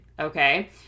okay